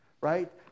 right